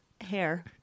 hair